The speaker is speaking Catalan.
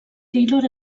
taylor